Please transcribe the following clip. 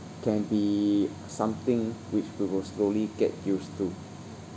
can be something which we will slowly get used to